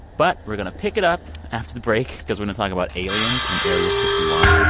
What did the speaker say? but we're going to pick it up after the break because when i'm talking about aliens in area fifty one.